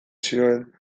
zioen